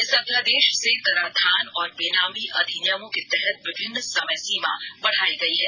इस ेअध्यादेश से कराधान और बेनामी अधिनियमों के तहत विभिन्न समय सीमा बढ़ायी गई है